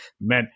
men